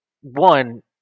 one